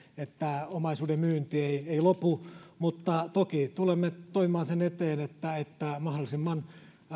että omaisuuden myynti ei ei lopu mutta toki tulemme toimimaan sen eteen että että mahdollisimman